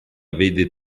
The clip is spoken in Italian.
vede